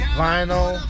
vinyl